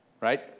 right